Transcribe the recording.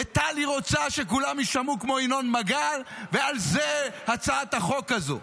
וטלי רוצה שכולם יישמעו כמו ינון מגל’ ועל זה הצעת החוק הזו.